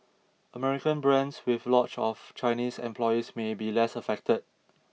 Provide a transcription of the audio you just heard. American brands with lots of Chinese employees may be less affected